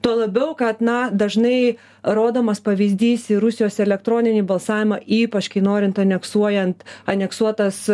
tuo labiau kad na dažnai rodomas pavyzdys į rusijos elektroninį balsavimą ypač kai norint aneksuojant aneksuotas